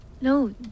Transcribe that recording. No